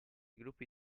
gruppi